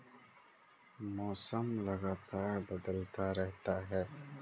मौसम लगातार बदलता रहता है